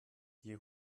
die